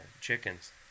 chickens